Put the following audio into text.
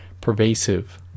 pervasive